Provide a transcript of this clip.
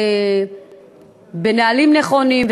בנהלים נכונים,